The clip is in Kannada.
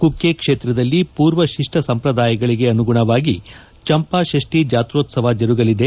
ಕುಕ್ಕೆ ಕ್ಷೇತ್ರದಲ್ಲಿ ಪೂರ್ವ ಶಿಷ್ಟ ಸಂಪ್ರದಾಯಗಳಿಗೆ ಅನುಗುಣವಾಗಿ ಚಂಪಾ ಡಡ್ಡಿ ಜಾತ್ರೋತ್ಸವ ಜರಗಲಿದೆ